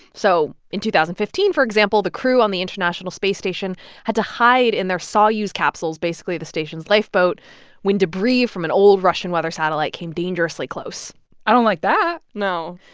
so in two thousand and fifteen, for example, the crew on the international space station had to hide in their soyuz capsules basically, the station's lifeboat when debris from an old russian weather satellite came dangerously close i don't like that no.